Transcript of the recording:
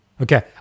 okay